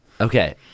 Okay